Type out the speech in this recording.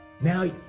now